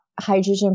hydrogen